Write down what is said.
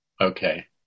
Okay